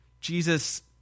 Jesus